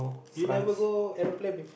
you never go aeroplane before